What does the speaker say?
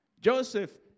Joseph